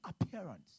appearance